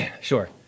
Sure